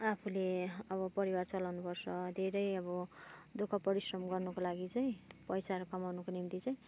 आफूले अब परिवार चलाउनु पर्छ धेरै अब दु ख परिश्रम गर्नुको लागि चाहिँ पैसाहरू कमाउनुको निम्ति चाहिँ